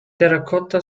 terracotta